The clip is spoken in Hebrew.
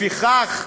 לפיכך,